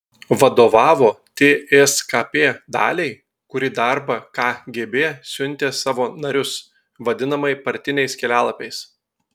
vadovavo tskp daliai kuri darbą kgb siuntė savo narius vadinamai partiniais kelialapiais